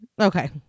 Okay